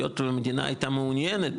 היות והמדינה הייתה מעוניינת